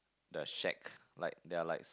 the shack like they're like